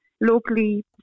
locally